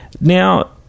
Now